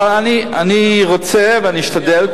אבל אני רוצה ואני אשתדל,